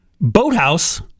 Boathouse